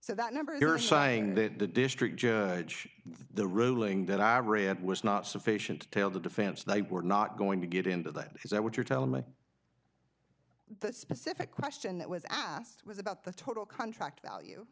so that number you're saying that the district judge the ruling that i read was not sufficient detail to defense they were not going to get into that is that what you're telling me the specific question that was asked was about the total contract value